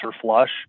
flush